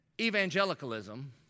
evangelicalism